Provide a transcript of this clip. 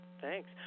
Thanks